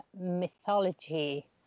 mythology